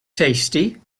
tasty